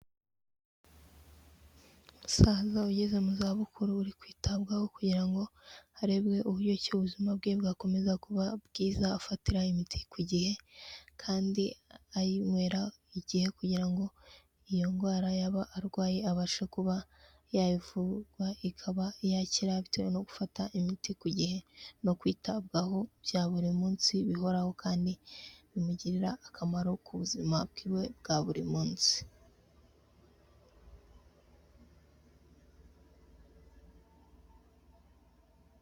Umusaza ugeze mu zabukuru uri kwitabwaho kugira ngo harebwe uburyo ki ubuzima bwe bwakomeza kuba bwiza afatira imiti ku gihe kandi ayinywera igihe kugira ngo iyo ndwara yaba arwaye abashe kuba yayivurwa ikaba yakira bitewe no gufata imiti ku gihe no kwitabwaho bya buri munsi bihoraho kandi bimugirira akamaro ku buzima bwiwe bwa buri munsi.